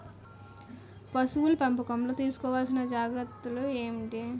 పశువుల పెంపకంలో తీసుకోవల్సిన జాగ్రత్త లు ఏంటి?